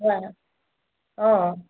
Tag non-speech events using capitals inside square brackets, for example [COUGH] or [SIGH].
[UNINTELLIGIBLE] অঁ অঁ